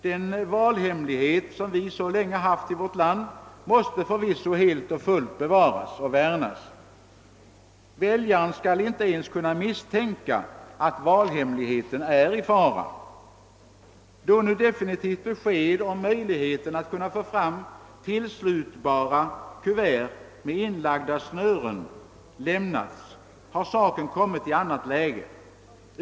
Den valhemlighet som vi så länge haft i vårt land måste förvisso helt och fullt bevaras och värnas. Väljaren skall inte ens kunna misstänka att valhemligheten är i fara. Då nu definitivt besked om möjligheterna att få fram tillslutbara kuvert med inlagda snören lämnats, har saken kommit i ett annat läge.